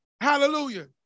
Hallelujah